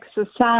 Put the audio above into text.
exercise